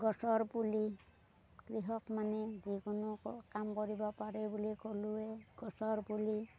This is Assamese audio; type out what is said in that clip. গছৰ পুলি কৃষক মানে যিকোনো কাম কৰিব পাৰে বুলি ক'লোৱে গছৰ পুলি